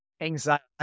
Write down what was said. Anxiety